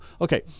okay